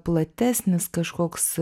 platesnis kažkoks